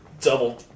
double